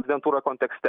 prezidentūra kontekste